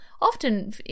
Often